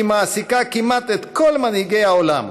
היא מעסיקה כמעט את כל מנהיגי העולם,